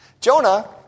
Jonah